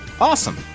Awesome